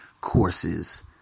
courses